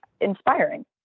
inspiring